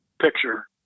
picture